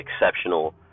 exceptional